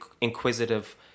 inquisitive